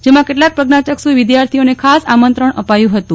જેમાં કેટલાક પ્રજ્ઞાચક્ષુ વિદ્યાર્થીઓને ખાસ આમંત્રણ અપાયું હતું